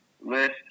list